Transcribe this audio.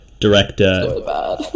director